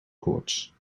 koorts